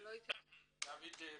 דוד מהרט.